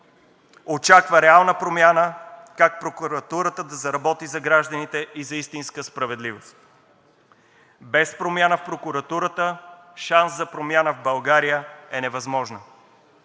очаква реална промяна как прокуратурата да заработи за гражданите и за истинска справедливост. Без промяна в прокуратурата шанс за промяна в България е невъзможна.